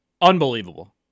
Unbelievable